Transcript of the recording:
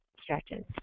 stretches